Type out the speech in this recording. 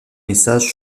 messages